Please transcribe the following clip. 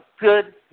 good